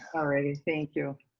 um righty, thank you.